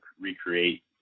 recreate